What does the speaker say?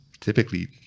Typically